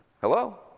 Hello